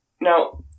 Now